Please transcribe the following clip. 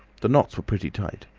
the knots were pretty tight.